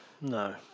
no